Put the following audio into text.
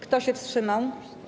Kto się wstrzymał?